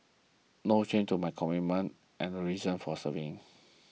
no change to my commitment and reason for serving